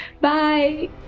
Bye